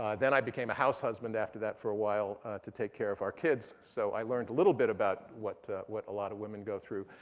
then i became a house husband after that for a while to take care of our kids. so i learned a little bit about what what a lot of women go through.